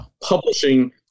publishing